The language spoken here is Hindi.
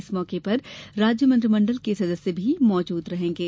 इस मौके पर राज्य मंत्रीमंडल के सदस्य भी उपस्थित रहेंगे